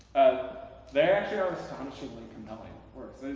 they actually are astonishingly compelling works.